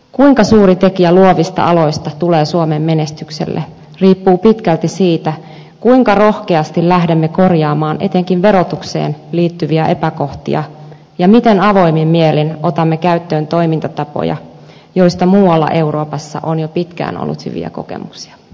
kuinka suuri tekijä luovista aloista tulee suomen menestykselle riippuu pitkälti siitä kuinka rohkeasti lähdemme korjaamaan etenkin verotukseen liittyviä epäkohtia ja miten avoimin mielin otamme käyttöön toimintatapoja joista muualla euroopassa on jo pitkään ollut hyviä kokemuksia